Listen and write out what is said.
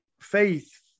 faith